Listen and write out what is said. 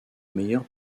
meilleure